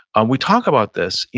and we talk about this.